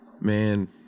Man